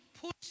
put